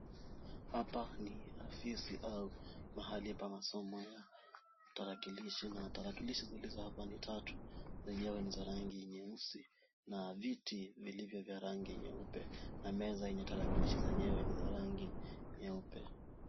Hapa ni afisi au mahali pa masomo ya tarakilishi na tarakilishi zilizo hapa ni tatu. Zenyewe ni za rangi nyeusi na viti vilivyo na rangi nyeupe na meza yenye tarakilishi zenyewe ni za rangi nyeupe.